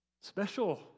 special